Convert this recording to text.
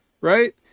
right